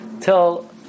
till